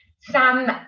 sam